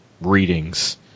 readings